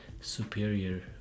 superior